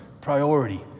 priority